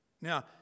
Now